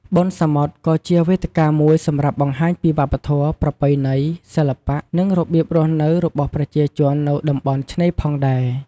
បុណ្យសមុទ្រក៏ជាវេទិកាមួយសម្រាប់បង្ហាញពីវប្បធម៌ ប្រពៃណី សិល្បៈ និងរបៀបរស់នៅរបស់ប្រជាជននៅតំបន់ឆ្នេរផងដែរ។